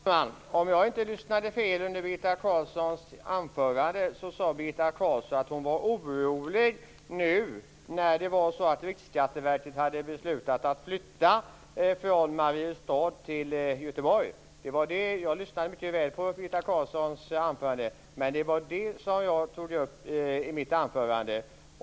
Fru talman! Om jag inte hörde fel under Birgitta Carlssons anförande sade Birgitta Carlsson att hon var orolig över att Riksskatteverket hade beslutat att flytta från Mariestad till Göteborg. Jag lyssnade mycket väl på Birgitta Carlssons anförande, och det var detta som jag tog upp i mitt anförande.